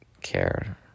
care